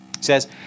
says